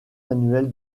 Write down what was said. annuel